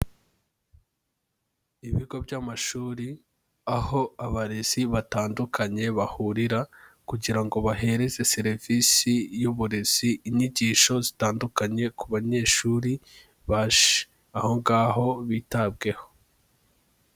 Ibigo by'amashuri aho abarezi batandukanye bahurira kugira bahereze serivisi y'uburezi, inyigisho zitandukanye ku banyeshuri baje aho ngaho bitabweho.